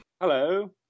Hello